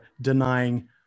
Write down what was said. denying